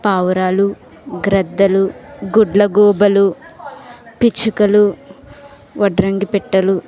పావురాలు గ్రద్దలు గుడ్లగూబలు పిచ్చుకలు వడ్రంగి పిట్టలు